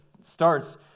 starts